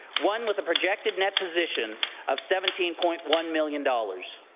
one with a projected disposition of seventeen point one million dollars.